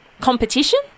competition